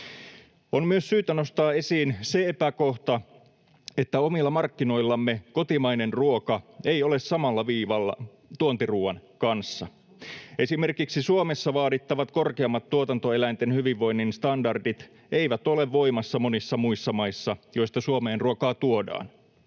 On myös syytä nostaa esiin se epäkohta, että omilla markkinoillamme kotimainen ruoka ei ole samalla viivalla tuontiruuan kanssa. Esimerkiksi Suomessa vaadittavat korkeammat tuotantoeläinten hyvinvoinnin standardit eivät ole voimassa monissa muissa maissa, joista Suomeen ruokaa tuodaan.